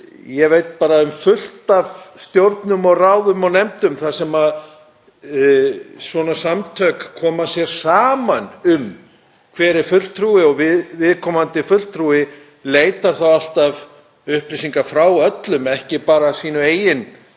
Ég veit um fullt af stjórnum og ráðum og nefndum þar sem svona samtök koma sér saman um hver er fulltrúi og viðkomandi fulltrúi leitar alltaf upplýsinga frá öllum, ekki bara sínum eigin